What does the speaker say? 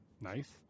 Nice